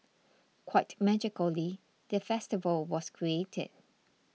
quite magically the festival was created